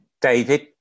David